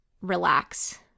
relax